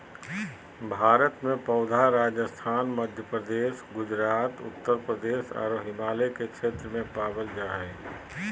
भारत में पौधा राजस्थान, मध्यप्रदेश, गुजरात, उत्तरप्रदेश आरो हिमालय के क्षेत्र में पावल जा हई